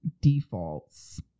defaults